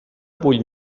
vull